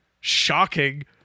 shocking